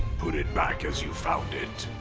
put it back as you found it!